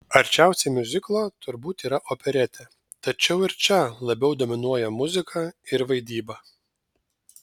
arčiausiai miuziklo turbūt yra operetė tačiau ir čia labiau dominuoja muzika ir vaidyba